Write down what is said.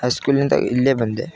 ಹೈಸ್ಕೂಲಿಂದ ಇಲ್ಲೇ ಬಂದೆ